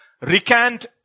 recant